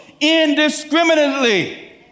indiscriminately